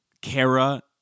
Kara